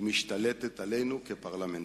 היא משתלטת עלינו כפרלמנטרים.